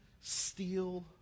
steal